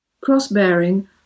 Cross-bearing